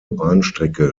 bahnstrecke